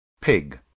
pig